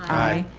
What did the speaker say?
aye.